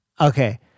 Okay